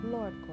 Lord